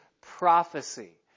prophecy